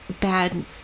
bad